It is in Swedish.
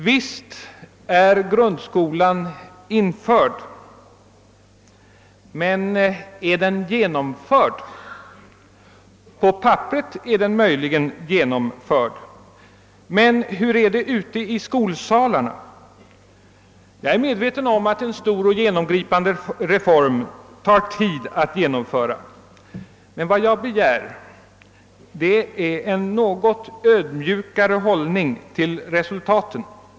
Visst är Srundskolan införd, men är den genomförd? På papperet är den möjligen det, men hur är det ute i skolsalarna? Jag är medveten om att en stor och genom Sripande reform tar tid att genomföra. Vad jag begär är en något ödmjukare hållning till resultaten.